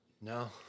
no